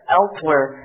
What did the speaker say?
elsewhere